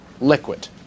liquid